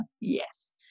Yes